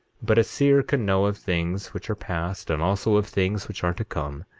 but a seer can know of things which are past, and also of things which are to come,